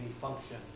function